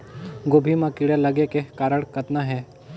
गोभी म कीड़ा लगे के कारण कतना हे?